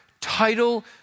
title